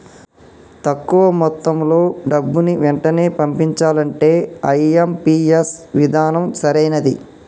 తక్కువ మొత్తంలో డబ్బుని వెంటనే పంపించాలంటే ఐ.ఎం.పీ.ఎస్ విధానం సరైనది